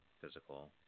physical